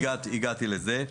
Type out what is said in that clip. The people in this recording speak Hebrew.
הגעתי לזה.